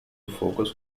focus